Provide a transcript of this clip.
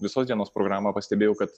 visos dienos programą pastebėjau kad